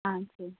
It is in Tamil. ஆ சரி